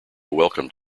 welcomed